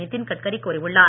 நிதின் கட்கரி கூறியுள்ளார்